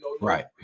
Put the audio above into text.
Right